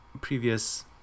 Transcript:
previous